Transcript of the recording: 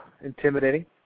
intimidating